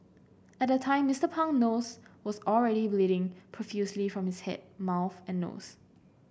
at the time Mister Pang nose was already bleeding profusely from his head mouth and nose